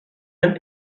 than